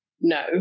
no